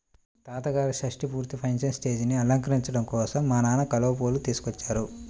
తాతగారి షష్టి పూర్తి ఫంక్షన్ స్టేజీని అలంకరించడం కోసం మా నాన్న కలువ పూలు తీసుకొచ్చారు